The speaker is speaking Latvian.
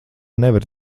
nevari